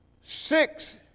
six